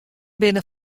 binne